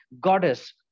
goddess